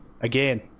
again